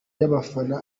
y’abafana